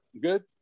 Good